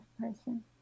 person